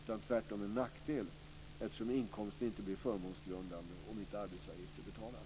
Tvärtom blir det en nackdel eftersom inkomsten inte blir förmånsgrundande om arbetsgivaravgift inte betalas.